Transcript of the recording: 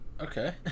Okay